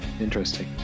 interesting